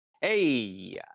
Hey